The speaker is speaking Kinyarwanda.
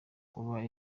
kuba